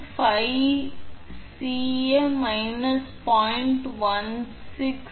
167𝐶𝑏 ஆக இருக்கும் என நினைக்கிறேன் அது 16 ஆகி வருகிறது